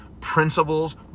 principles